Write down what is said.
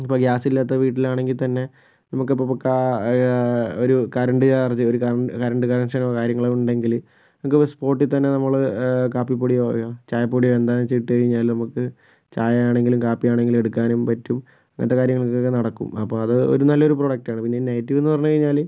ഇപ്പോൾ ഗ്യാസില്ലാത്ത വീട്ടിലാണെങ്കിൽ തന്നെ നമുക്ക് ഇപ്പോൾ ക ഒരു കരണ്ട് ചാർജ് ഒരു കരണ്ട് കരണ്ട് കണക്ഷനോ കാര്യങ്ങളോ ഉണ്ടെങ്കില് നമുക്കിപ്പോൾ സ്പോട്ടിൽ തന്നെ നമ്മള് കാപ്പി പൊടിയോ ചായ പൊടിയോ എന്താന്ന് വെച്ചാൽ ഇട്ട് കഴിഞ്ഞാൽ നമുക്ക് ചായയാണെങ്കിലും കാപ്പിയാണെങ്കിലും എടുക്കാനും പറ്റും അങ്ങനത്തെ കാര്യങ്ങൾക്കൊക്കെ നടക്കും അപ്പം അതൊരു നല്ലൊരു പ്രോഡക്റ്റാണ് പിന്നെ നെഗറ്റീവ് എന്ന് പറഞ്ഞ് കഴിഞ്ഞാല്